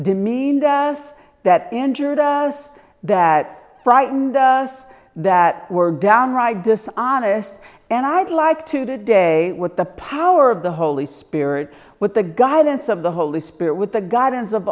demeaned us that injured us that frightened us that were downright dishonest and i'd like to today with the power of the holy spirit with the guidance of the holy spirit with the guidance of